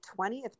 20th